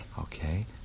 Okay